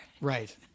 right